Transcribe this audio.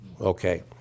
Okay